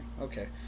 okay